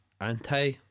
anti